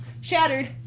shattered